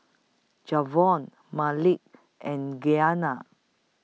Javion Malik and Giana